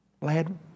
Lad